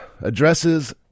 addresses